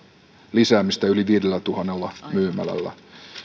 lisäämistä yli viidellätuhannella myymälällä